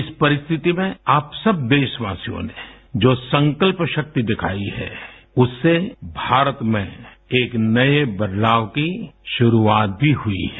इस परिस्थिति में आप सब देशवासियों ने जो संकल्प शक्ति दिखाई है उससे भारत में एक नए बदलाव की शुरुआत भी हुई है